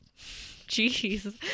jeez